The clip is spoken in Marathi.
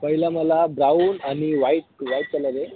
पहिलं मला ब्राऊन आणि वाईट वाईट कलर आहे